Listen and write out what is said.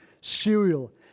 cereal